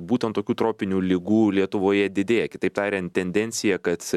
būtent tokių tropinių ligų lietuvoje didėja kitaip tariant tendencija kad